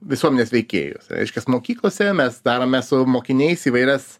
visuomenės veikėjus reiškias mokyklose mes darome su mokiniais įvairias